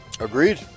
Agreed